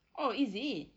oh is it